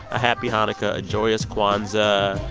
a happy hanukkah, a joyous kwanzaa,